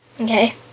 Okay